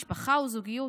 משפחה או זוגיות,